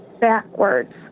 backwards